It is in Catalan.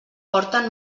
porten